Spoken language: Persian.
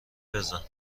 بزن